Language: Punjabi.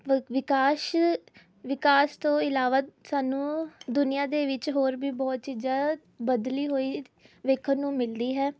ਵਕ ਵਿਕਾਸ ਵਿਕਾਸ ਤੋਂ ਇਲਾਵਾ ਸਾਨੂੰ ਦੁਨੀਆ ਦੇ ਵਿੱਚ ਹੋਰ ਵੀ ਬਹੁਤ ਚੀਜ਼ਾਂ ਬਦਲੀ ਹੋਈ ਵੇਖਣ ਨੂੰ ਮਿਲਦੀ ਹੈ